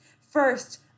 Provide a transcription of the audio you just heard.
First